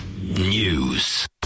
news